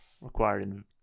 required